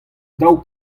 dav